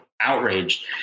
outraged